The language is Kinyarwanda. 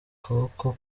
kuboko